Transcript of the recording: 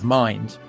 mind